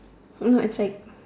no it's like